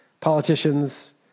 politicians